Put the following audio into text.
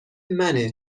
منه